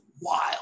wild